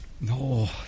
No